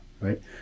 right